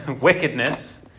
wickedness